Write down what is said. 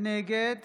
נגד